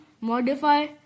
modify